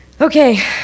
Okay